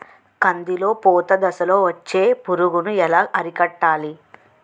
కందిలో పూత దశలో వచ్చే పురుగును ఎలా అరికట్టాలి?